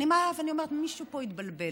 ואני באה ואומרת: מישהו פה התבלבל.